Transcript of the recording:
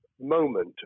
moment